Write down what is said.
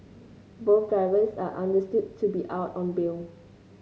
both drivers are understood to be out on bail